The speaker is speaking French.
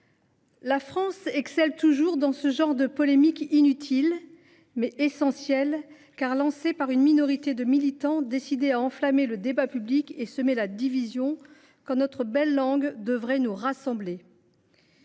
la France excelle toujours dans ce genre de polémique inutile, mais essentielle, car lancée par une minorité de militants décidés à enflammer le débat public et à semer la division quand notre belle langue devrait nous rassembler.